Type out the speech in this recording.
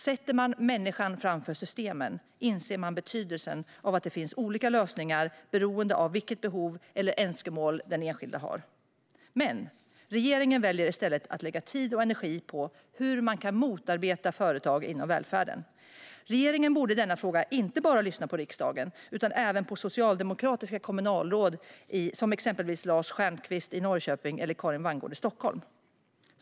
Om man sätter människan framför systemen inser man betydelsen av att det finns olika lösningar, beroende på vilket behov eller önskemål den enskilde har. Regeringen väljer dock att i stället lägga tid och energi på hur företag inom välfärden kan motarbetas. Regeringen borde i denna fråga lyssna inte bara på riksdagen utan även på socialdemokratiska kommunalråd, exempelvis Lars Stjernqvist i Norrköping och Karin Wanngård i Stockholm.